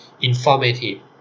informative